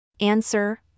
Answer